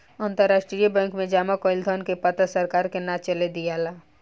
अंतरराष्ट्रीय बैंक में जामा कईल धन के पता सरकार के ना चले दियाला